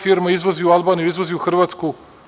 Firma izvozi u Albaniju, izvozi u Hrvatsku.